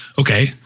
Okay